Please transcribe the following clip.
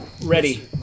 Ready